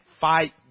fight